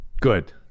good